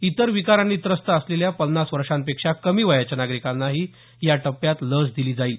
इतर विकारांनी त्रस्त असलेल्या पन्नास वर्षांपेक्षा कमी वयाच्या नागरिकांनाही या टप्प्यात लस दिली जाईल